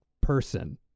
person